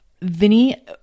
Vinny